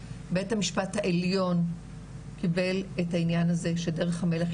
בית המשפט העליון קיבל את העניין הזה ש"דרך המלך",